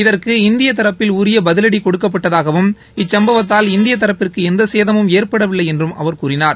இதற்கு இந்திய தரப்பில் உரிய பதிவடி கொடுக்கப்பட்டதாகவும இச்சும்பவத்தால் இந்திய தரப்பிற்கு எந்த சேதமும் ஏற்படவில்லை என்றும் அவர் கூறினார்